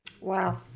Wow